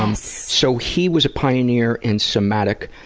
ah yes! so he was a pioneer in somatic